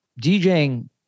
DJing